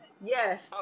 Yes